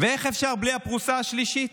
ואיך אפשר בלי הפרוסה השלישית,